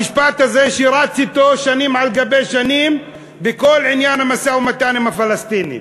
המשפט הזה שרץ אתו שנים על גבי שנים בכל עניין המשא-ומתן עם הפלסטינים,